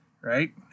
right